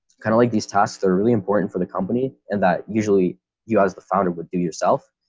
kind of like these tasks are really important for the company and that usually you as the founder would do yourself.